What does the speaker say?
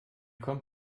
kommt